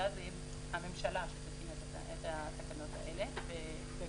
ואז הממשלה היא שתתקין את התקנות האלה במליאתה.